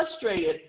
frustrated